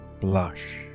blush